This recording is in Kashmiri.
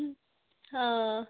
آ